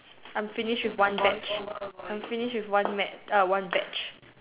I'm finished with one batch I'm finished with one mat err one batch